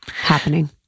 happening